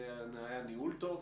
זה היה ניהול טוב,